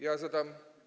Ja zadam.